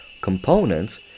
components